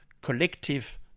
collective